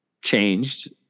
changed